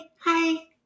hi